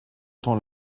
temps